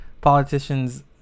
politicians